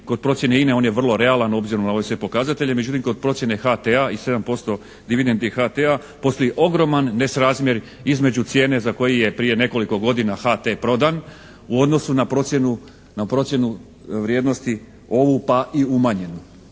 kod procjene INA-e, on je vrlo realan obzirom na ove sve pokazatelje, međutim kod procjene HT-a i 7% dividendi HT-a postoji ogroman nesrazmjer između cijene za koju je prije nekoliko godina HT prodan u odnosu na procjenu vrijednosti ovu pa i umanjenu.